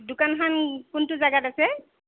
দোকানখন কোনটো জেগাত আছে